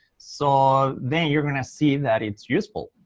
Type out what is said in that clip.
so then you're going to see that it's useful.